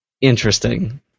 Interesting